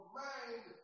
mind